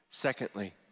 Secondly